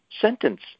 sentence